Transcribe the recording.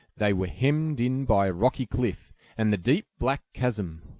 they were hemmed in by a rocky cliff and the deep black chasm.